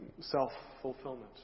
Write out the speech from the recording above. self-fulfillment